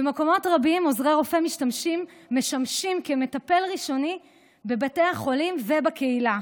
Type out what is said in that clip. במקומות רבים עוזרי רופא משמשים כמטפל ראשוני בבתי החולים ובקהילה.